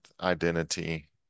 identity